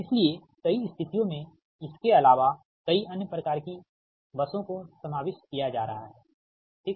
इसलिए कई स्थितियों में इसके अलावा कई अन्य प्रकार की बसों को समा बिष्ट किया जा रहा है ठीक